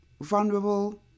vulnerable